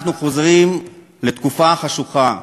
אנחנו חוזרים לתקופה חשוכה.